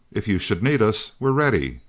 if you should need us, we're ready.